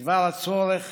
בדבר הצורך